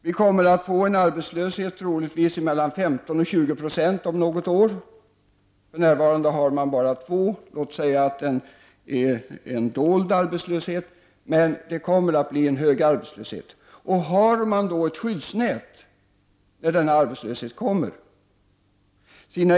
Det kommer att bli en arbetslöshet på troligtvis mellan 15 och 20 26 om något år. För närvarande har man bara 2 90 arbetslöshet, låt vara att det finns en dold arbetslöshet. Det kommer dock att bli en hög arbetslöshet. Har man då ett skyddsnät när denna arbetslöshet kommer?